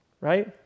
right